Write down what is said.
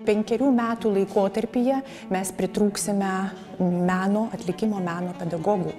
penkerių metų laikotarpyje mes pritrūksime meno atlikimo meno pedagogų